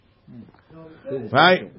Right